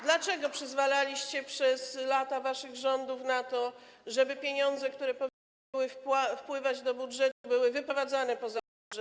Dlaczego przyzwalaliście przez lata waszych rządów na to, żeby pieniądze, które powinny były wpływać do budżetu, były wyprowadzane poza budżet?